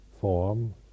form